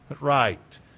Right